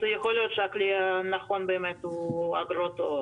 אז יכול להיות שהכלי הנכון באמת הוא אגרות או